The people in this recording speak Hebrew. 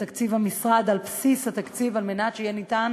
את תקציב המשרד על בסיס התקציב על מנת שיהיה ניתן